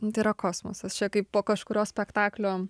nu tai yra kosmosas čia kaip po kažkurio spektaklio